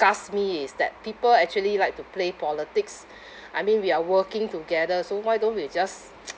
~gusts me is that people actually like to play politics I mean we are working together so why don't we just